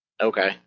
Okay